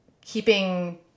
keeping